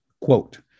quote